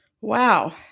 Wow